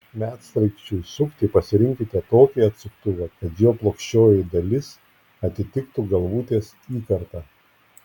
medsraigčiui sukti pasirinkite tokį atsuktuvą kad jo plokščioji dalis atitiktų galvutės įkartą